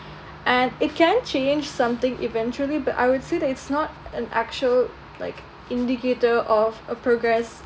and it can change something eventually but I would say that it's not an actual like indicator of a progress